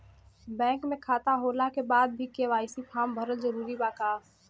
Bank में खाता होला के बाद भी के.वाइ.सी फार्म भरल जरूरी बा का?